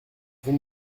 vous